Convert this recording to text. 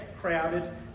crowded